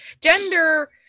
gender